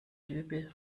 übel